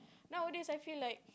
nowadays I feel like